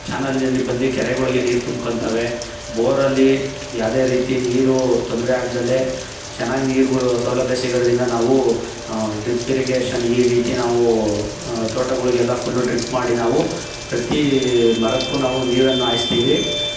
ಚಾನಲ್ನಲ್ಲಿ ಬಂದು ಕೆರೆಗಳಿಗೆ ನೀರು ತುಂಬ್ಕೊಂತವೆ ಬೋರಲ್ಲಿ ಯಾವ್ದೇ ರೀತಿ ನೀರು ತೊಂದರೆ ಆಗ್ದಲೇ ಚೆನ್ನಾಗಿ ನೀರುಗಳು ಸೌಲಭ್ಯ ಸೀಗೊದ್ರಿಂದ ನಾವು ಆ ಡ್ರಿಪ್ ಇರಿಗೇಷನ್ ಈ ರೀತಿ ನಾವು ತೋಟಗಳಿಗೆಲ್ಲ ಫುಲ್ ಡ್ರಿಪ್ ಮಾಡಿ ನಾವು ಪ್ರತಿ ಮರಕ್ಕೂ ನಾವು ನೀರನ್ನು ಹಾಯಿಸ್ತೀವಿ